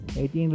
18